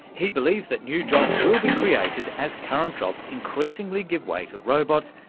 he believes that new jobs will be created as current jobs increasingly give way to robots,